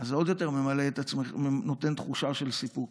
זה עוד יותר נותן תחושה של סיפוק.